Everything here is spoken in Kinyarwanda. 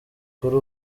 kuri